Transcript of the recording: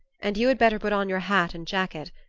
and you had better put on your hat and jacket.